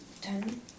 Ten